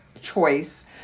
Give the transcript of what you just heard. choice